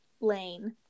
lane